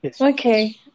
okay